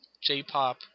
J-pop